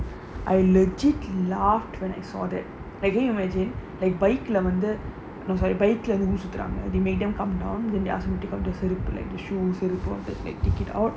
I legit laughed when he saw that they can you imagine like bike lah வந்து:vanthu no sorry bike lah வந்து ஊரு சுத்துறாங்க:vanthu ooru suthuraanga they make them come down and ask me to come to செருப்பு:seruppu they show the செருப்பு:seruppu